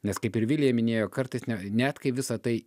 nes kaip ir vilija minėjo kartais net kai visa tai